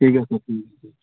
ঠিক আছে ঠিক আছে